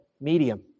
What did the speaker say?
medium